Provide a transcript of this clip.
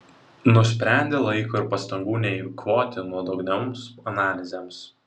nusprendė laiko ir pastangų neeikvoti nuodugnioms analizėms